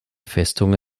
festung